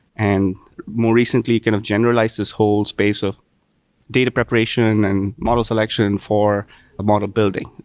and more recently, kind of generalize this whole space of data preparation and model selection for model building.